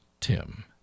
Tim